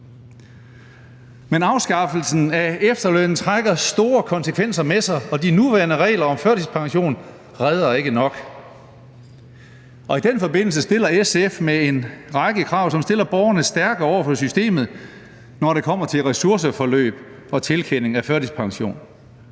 Men afskaffelsen af efterlønnen trækker store konsekvenser med sig, og de nuværende regler om førtidspension redder ikke nok. I den forbindelse stiller SF med en række krav, som stiller borgerne stærkere over for systemet, når det kommer til ressourceforløb og tilkendelse af førtidspension.